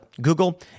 Google